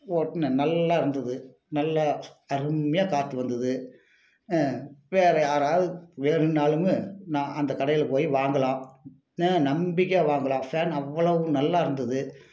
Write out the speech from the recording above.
ஓட்டினேன் நல்லா இருந்தது நல்லா அருமையாக காற்று வந்தது வேறு யாராவது வேணுன்னாலும் நான் அந்த கடையில் போய் வாங்கலாம்னு நம்பிக்கையாக வாங்கலாம் ஃபேன் அவ்வளவு நல்லா இருந்தது